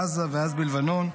בעזה ואז בלבנון,